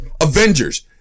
Avengers